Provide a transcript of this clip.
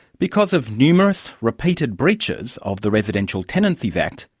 because of numerous repeated breaches of the residential tenancies act,